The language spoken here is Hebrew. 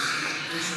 79 להסיר,